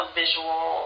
visual